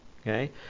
Okay